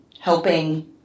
helping